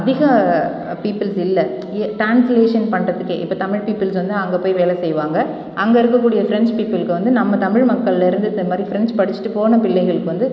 அதிக பீப்புள்ஸ் இல்லை யே ட்ரான்ஸ்லேஷன் பண்ணுறதுக்கே இப்போ தமிழ் பீப்புள்ஸ் வந்து அங்கே போய் வேலை செய்வாங்க அங்கே இருக்கக்கூடிய ஃப்ரெஞ்ச் பீப்புளுக்கு வந்து நம்ம தமிழ் மக்களில் இருந்து இந்த மாதிரி ஃப்ரெஞ்ச் படிச்சுட்டு போன பிள்ளைகளுக்கு வந்து